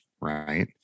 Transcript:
right